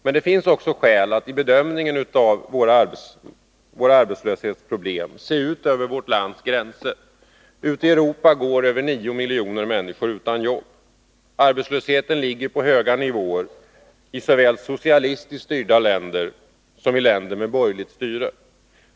Men det finns skäl att vid bedömningen av våra arbetslöshetsproblem också se på hur det förhåller sig utanför vårt lands gränser. Ute i Europa går över 9 miljoner människor utan jobb. Arbetslösheten ligger på höga nivåer i såväl socialistiskt styrda länder som länder med borgerligt styre.